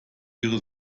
ihre